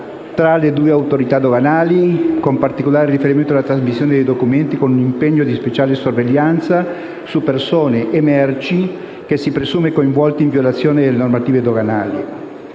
tra le due autorità doganali, con particolare riferimento alla trasmissione di documenti, con un impegno di speciale sorveglianza su persone e merci che si presume coinvolti in violazioni delle normative doganali.